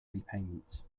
repayments